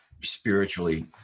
spiritually